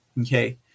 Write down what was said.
Okay